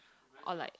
or like